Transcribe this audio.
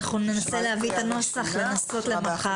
אנחנו ננסה להביא את הנוסח למחר.